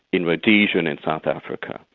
in rhodesia and and south africa.